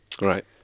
Right